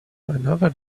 another